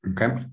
Okay